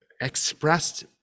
Expressed